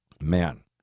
man